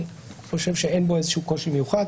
אני חושב שאין עליו איזה קושי מיוחד.